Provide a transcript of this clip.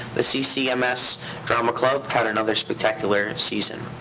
the ccms drama club had another spectacular season.